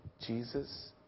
Jesus